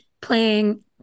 playing